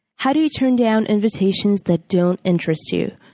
how do you turn down invitations that don't interest you?